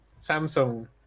Samsung